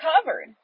covered